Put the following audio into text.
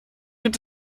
gibt